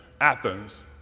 Athens